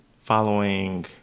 following